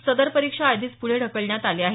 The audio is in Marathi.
सदर परीक्षा या आधीच पुढे ढकलण्यात आल्या आहेत